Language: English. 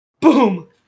boom